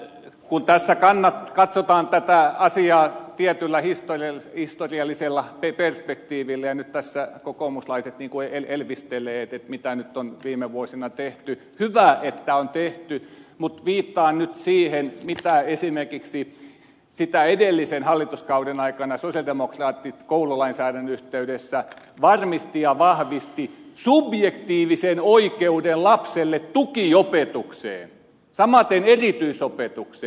kun tässä katsotaan tätä asiaa tietyllä historiallisella perspektiivillä ja kokoomuslaiset tässä nyt elvistelevät mitä nyt on viime vuosina tehty niin hyvä että on tehty mutta viittaan nyt siihen minkä esimerkiksi sitä edellisen hallituskauden aikana sosialidemokraatit koululainsäädännön yhteydessä varmistivat ja vahvistivat nimittäin lapselle subjektiivinen oikeus tukiopetukseen samaten erityisopetukseen